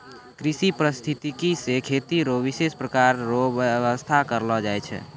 कृषि परिस्थितिकी से खेती रो विशेष प्रकार रो व्यबस्था करलो जाय छै